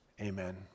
Amen